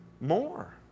More